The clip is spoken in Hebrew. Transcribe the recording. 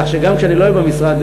כך שגם כשאני לא אהיה במשרד